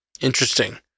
Interesting